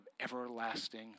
everlasting